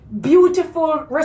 beautiful